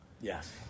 Yes